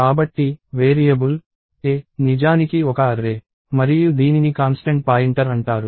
కాబట్టి variable a నిజానికి ఒక అర్రే మరియు దీనిని కాన్స్టెంట్ పాయింటర్ అంటారు